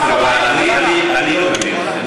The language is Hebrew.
אני לא מבין אתכם.